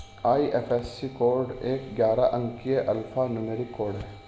IFSC code एक ग्यारह अंकीय अल्फा न्यूमेरिक कोड है